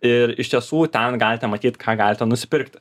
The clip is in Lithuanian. ir iš tiesų ten galite matyt ką galite nusipirkti